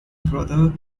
brother